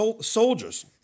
soldiers